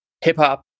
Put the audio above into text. hip-hop